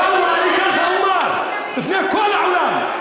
אני כך אומר בפני כל העולם,